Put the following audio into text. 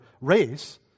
race